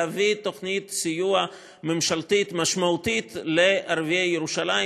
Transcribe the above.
להביא תוכנית סיוע ממשלתית משמעותית לערביי ירושלים,